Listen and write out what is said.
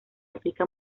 aplica